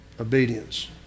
obedience